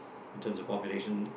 in terms of population